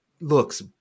looks